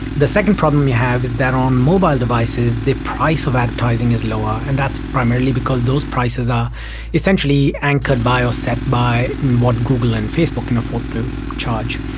the second problem you have is that on mobile devices the price of advertising is lower, and that's primarily because those prices are essentially anchored by or ah set by what google and facebook can afford to charge.